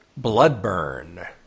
bloodburn